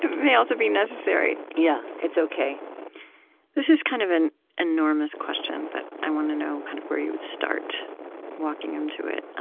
may also be necessary. yeah, it's o k this is kind of an enormous question, but i want to know kind of where you would start walking into it,